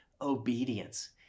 obedience